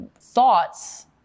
thoughts